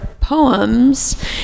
Poems